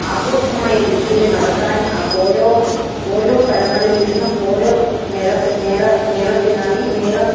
ആഘോഷമായ രീതിയിൽ നടത്താൻ ഓരോ ഓരോ സ്ഥലങ്ങളിൽ ഇരുന്നും ഓരോ മേളത്തി മേള മേളത്തിനായി മേള